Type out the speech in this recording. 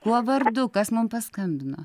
kuo vardu kas mum paskambino